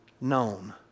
known